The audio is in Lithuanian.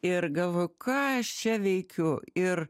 ir galvoju ką aš čia veikiu ir